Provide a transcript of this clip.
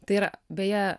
tai yra beje